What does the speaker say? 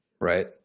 right